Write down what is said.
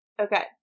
Okay